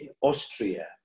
Austria